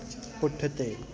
पुठिते